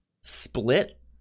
Split